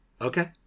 Okay